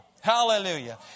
Hallelujah